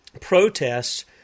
protests